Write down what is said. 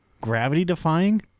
Gravity-defying